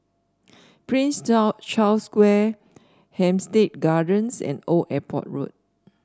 Prince Charles Square Hampstead Gardens and Old Airport Road